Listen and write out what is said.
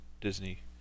Disney